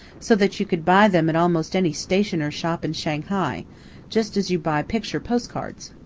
so that you could buy them at almost any stationer's shop in shanghai just as you buy picture post-cards.